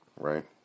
right